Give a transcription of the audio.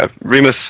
Remus